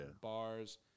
bars